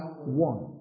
one